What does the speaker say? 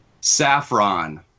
Saffron